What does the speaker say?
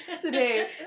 today